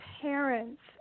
parents